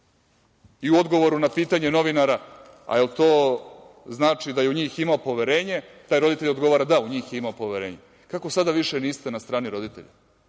i u odgovoru na pitanje novinara – a jel to znači da je u njih imao poverenje, taj roditelj odgovara – da, u njih je imao poverenje, kako sada više niste na strani roditelja?